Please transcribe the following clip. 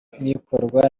ikorwa